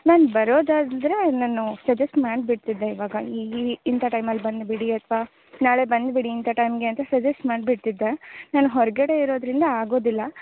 ನಾನು ಬರೋದಾದರೆ ನಾನು ಸಜೆಸ್ಟ್ ಮಾಡಿಬಿಡ್ತಿದ್ದೆ ಇವಾಗ ಇಂಥ ಟೈಮಲ್ಲಿ ಬಂದು ಬಿಡಿ ಅಥವಾ ನಾಳೆ ಬಂದು ಬಿಡಿ ಇಂಥ ಟೈಮ್ಗೆ ಅಂತ ಸಜೆಸ್ಟ್ ಮಾಡಿಬಿಡ್ತಿದ್ದೆ ನಾನು ಹೊರಗಡೆ ಇರೋದರಿಂದ ಆಗೋದಿಲ್ಲ